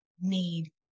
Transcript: need